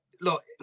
look